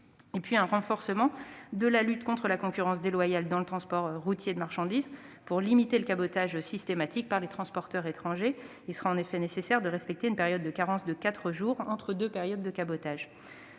encore au renforcement de la lutte contre la concurrence déloyale dans le transport routier de marchandises pour limiter le cabotage systématique par les transporteurs étrangers. Il sera en effet nécessaire de respecter une période de carence de quatre jours entre deux périodes de cabotage.